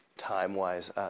time-wise